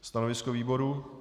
Stanovisko výboru?